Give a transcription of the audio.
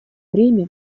время